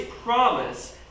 promise